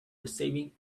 receiving